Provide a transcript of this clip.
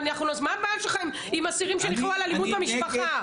אבל מה הבעיה שלך עם אסירים שנכלאו על אלימות במשפחה?